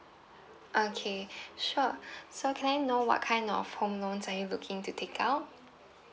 okay sure so can I know what kind of home loans are you looking to take out